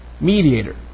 mediator